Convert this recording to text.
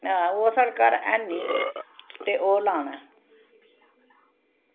आं ओह् साढ़े घर हैनी ते ओह् लाना